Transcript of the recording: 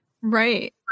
Right